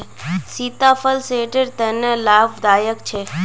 सीताफल सेहटर तने लाभदायक छे